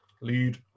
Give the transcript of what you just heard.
Lead